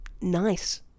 nice